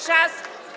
Czas.